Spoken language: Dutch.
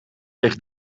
ligt